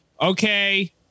okay